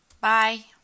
bye